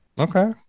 okay